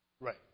Right